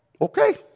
okay